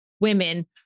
women